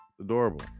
Adorable